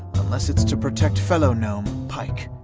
unless it's to protect fellow gnome, pike.